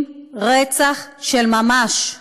רצח של ממש".